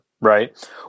right